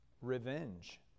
revenge